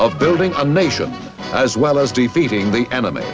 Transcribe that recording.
of building a nation as well as defeating the enemy